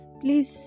Please